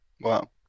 Wow